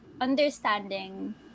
understanding